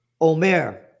Omer